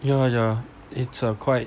ya ya it's a quite